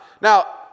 Now